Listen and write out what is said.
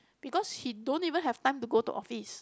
because he don't even have time to go to office